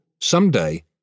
someday